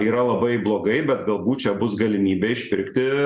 yra labai blogai bet galbūt čia bus galimybė išpirkti